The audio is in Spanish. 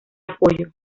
apoyo